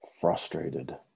frustrated